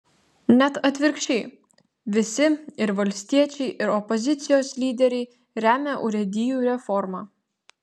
net atvirkščiai visi ir valstiečiai ir opozicijos lyderiai remia urėdijų reformą